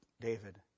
David